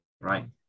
right